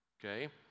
okay